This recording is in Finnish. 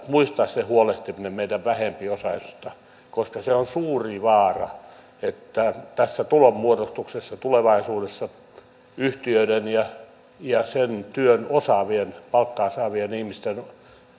muistaa se huolehtiminen meidän vähempiosaisista koska on suuri vaara että tulonmuodostuksessa tulevaisuudessa yhtiöiden ja ja sen työn osaavien palkkaa saavien ihmisten